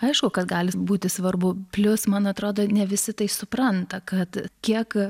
aišku kad gali būti svarbu plius man atrodo ne visi tai supranta kad kiek